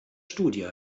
studie